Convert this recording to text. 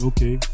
Okay